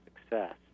Success